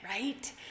right